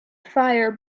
fire